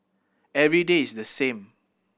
every day is the same